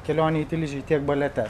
kelionė į tilžei tiek balete